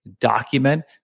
document